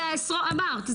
זה אמרת,